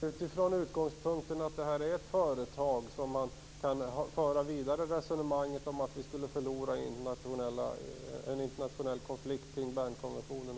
Herr talman! Det är från utgångspunkten att det här är ett företag som man kan föra resonemanget vidare om att vi också skulle förlora i en internationell konflikt kring Bernkonventionen.